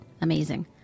amazing